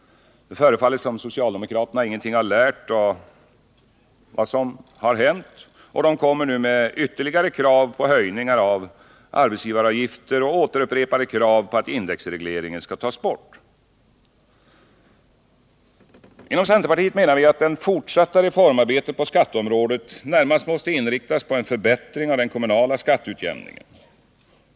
Det förefaller som om socialdemokraterna ingenting har lärt av vad som har hänt. De kommer nu med ytterligare krav på höjningar av arbetsgivaravgifter och återupprepade krav på att indexregleringen skall tas bort. Inom centerpartiet menar vi att det fortsatta reformarbetet på skatteområdet närmast måste inriktas på en förbättring av den kommunala skatteutjämningen.